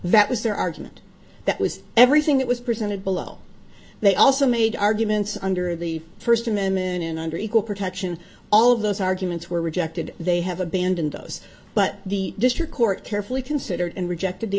that was their argument that was everything that was presented below they also made arguments under the first amendment and under equal protection all of those arguments were rejected they have abandoned those but the district court carefully considered and rejected the